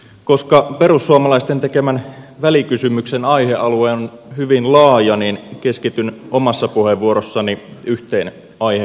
koska perussuomalaisten tekemän välikysymyksen aihealue on hyvin laaja keskityn omassa puheenvuorossani yhteen aihekokonaisuuteen